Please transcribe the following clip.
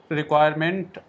requirement